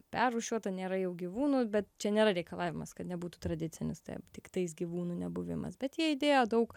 perrūšiuota nėra jau gyvūnų bet čia nėra reikalavimas kad nebūtų tradicinis taip tiktais gyvūnų nebuvimas bet jie įdėjo daug